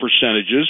percentages